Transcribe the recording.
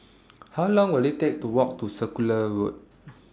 How Long Will IT Take to Walk to Circular Road